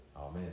Amen